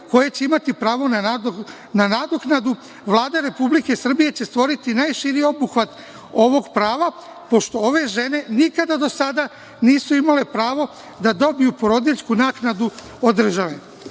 koje će imati pravo na nadoknadu Vlada RS će stvoriti najširi obuhvat ovog prava, pošto ove žene nikada do sada nisu imale pravo da dobiju porodiljsku naknadu od države.I